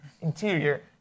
interior